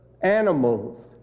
animals